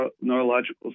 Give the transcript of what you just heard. neurological